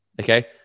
Okay